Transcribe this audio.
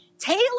Taylor